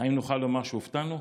האם נוכל לומר שהופתענו,